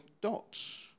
dots